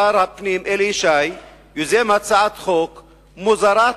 שר הפנים אלי ישי יזם הצעת חוק מוזרה,